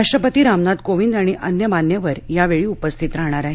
राष्ट्रपती रामनाथ कोविद आणि अन्य मान्यवर यावेळी उपस्थित राहणार आहेत